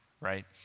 right